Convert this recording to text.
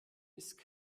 ist